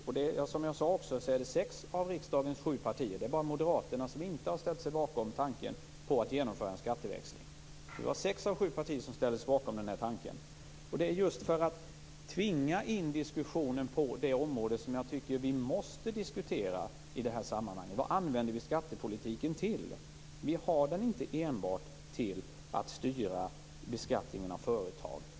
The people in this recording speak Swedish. Som jag också sade handlar det om sex av riksdagens sju partier. Det är bara Moderaterna som inte har ställt sig bakom tanken på att genomföra en skatteväxling. Det var sex av sju partier som ställde sig bakom tanken. Det är just för att tvinga in diskussionen på det området som jag tycker att vi i det här sammanhanget måste diskutera vad vi använder skattepolitiken till. Vi har den inte enbart till att styra beskattningen av företag.